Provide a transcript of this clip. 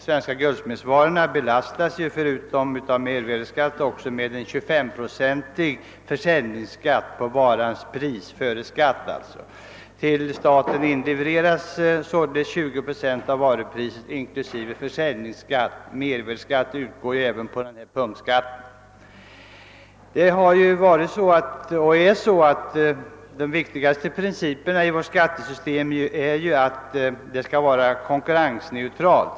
Svenska guldsmedsvaror' belastas förutom av mervärdeskatt av en 25-procentig försäljningsskatt på varans pris före skatt. Till staten inlevereras således 20 procent av varupriset inklusive försäljningsskatt. Mervärdeskatt utgår ju även på denna punktskatt. En av de viktigaste principerna för vårt skattesystem är att det skall vara konkurrensneutralt.